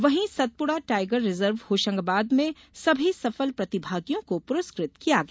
वहीं Satpura tiger reserve Hoshangabad में सभी सफल प्रतिभागियों को पुरस्कृत किया गया